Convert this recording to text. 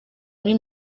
muri